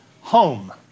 home